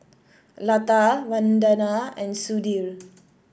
Lata Vandana and Sudhir